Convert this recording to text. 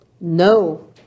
no